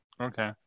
Okay